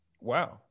Wow